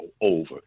over